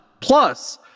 Plus